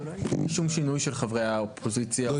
שום שינוי של חברי האופוזיציה --- לא,